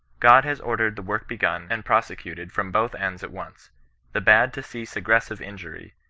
god has ordered the work begun and prosecuted from both ends at once the bad to cease ctggressive injury,